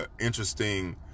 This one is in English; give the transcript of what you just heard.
interesting